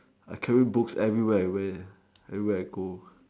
I carry books everywhere I where everywhere I go